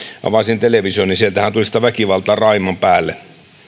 avasin television niin sieltähän tuli sitä väkivaltaa raaimman päälle